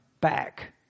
back